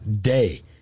day